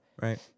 Right